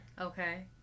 Okay